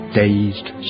dazed